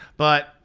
but,